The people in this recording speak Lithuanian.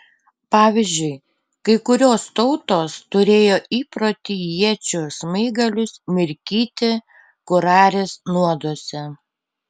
pavyzdžiui kai kurios tautos turėjo įprotį iečių smaigalius mirkyti kurarės nuoduose